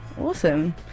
Awesome